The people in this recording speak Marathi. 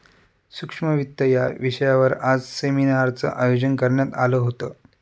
सूक्ष्म वित्त या विषयावर आज सेमिनारचं आयोजन करण्यात आलं होतं